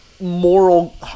moral